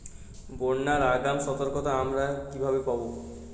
বন্যার আগাম সতর্কতা আমরা কিভাবে পাবো?